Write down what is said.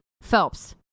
Phelps